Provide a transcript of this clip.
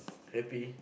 happy